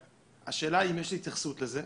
השאלה אם יש התייחסות לזה.